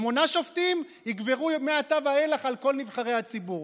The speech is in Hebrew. שמונה שופטים יגברו מעתה ואילך על כל נבחרי הציבור.